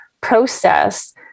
process